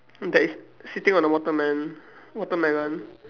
that is sitting on the watermelon watermelon